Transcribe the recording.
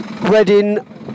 Reading